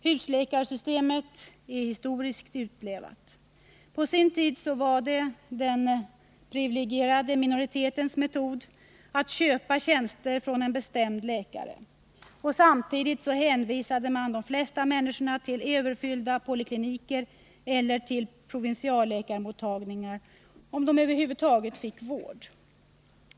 Husläkarsystemet är historiskt utlevat. På sin tid var det den privilegierade minoritetens metod att köpa tjänster av en bestämd läkare. Samtidigt hänvisade man de flesta människorna till överfyllda polikliniker eller till provinsialläkarmottagningar, om de över huvud taget fick vård.